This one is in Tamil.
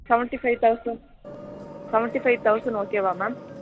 seventy five thousand seventy five thousand ஓகேவா மேம்